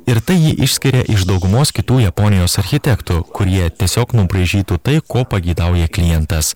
ir tai jį išskiria iš daugumos kitų japonijos architektų kurie tiesiog nubraižytų tai ko pageidauja klientas